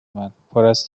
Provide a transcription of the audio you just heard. من، پراز